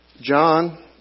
John